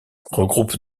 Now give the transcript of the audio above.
regroupe